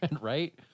right